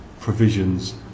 provisions